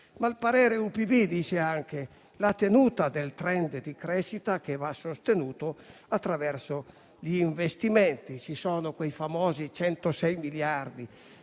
di bilancio dice anche che la tenuta del *trend* di crescita va sostenuta attraverso gli investimenti. Ci sono quei famosi 106 miliardi